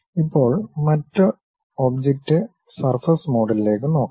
ഇപ്പോൾ മറ്റ് object surface മോഡലിലേക്ക് നോക്കാം